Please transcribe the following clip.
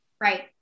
Right